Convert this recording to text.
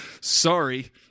Sorry